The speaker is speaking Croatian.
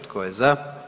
Tko je za?